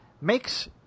makes